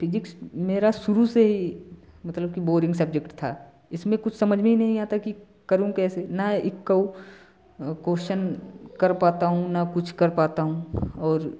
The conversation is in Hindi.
फिजिक्स मेरा शुरू से ही मतलब कि बोरिंग सब्जेक्ट था इसमें कुछ समझ में नही आता कि करूँ कैसे न इकऊ कोश्चन कर पाता हूँ ना कुछ कर पाता हूँ और